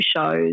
shows